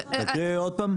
תקריאי עוד פעם.